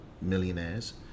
millionaires